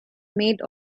made